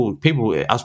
people